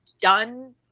done